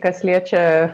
kas liečia